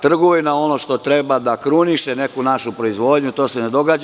Trgovina, ono što treba da kruniše neku našu proizvodnju, to se ne događa.